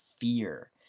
fear